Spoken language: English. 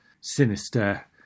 sinister